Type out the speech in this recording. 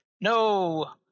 no